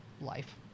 life